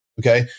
Okay